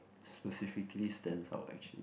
specifically stands out actually